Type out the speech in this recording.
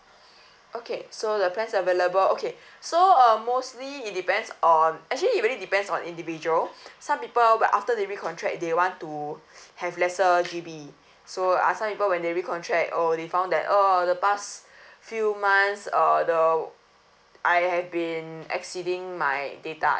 okay so the plans available okay so uh mostly it depends on actually it really depends on individual some people well after they recontract they want to have lesser G_B so uh some people when they recontract oh they found that oh the past few months uh the I have been in exceeding my data